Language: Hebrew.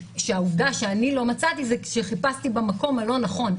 שהעובדה שאני לא מצאתי זה שחיפשתי במקום הלא נכון,